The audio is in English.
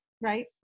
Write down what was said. right